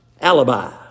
alibi